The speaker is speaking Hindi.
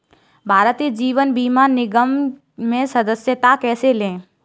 भारतीय जीवन बीमा निगम में सदस्यता कैसे लें?